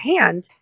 hand